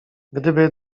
gdyby